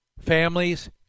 families